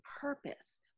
purpose